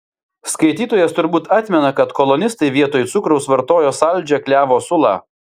skaitytojas turbūt atmena kad kolonistai vietoj cukraus vartojo saldžią klevo sulą